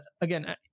again